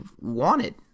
wanted